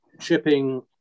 shipping